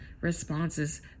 responses